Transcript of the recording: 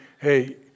hey